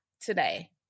today